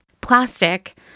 Plastic